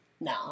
No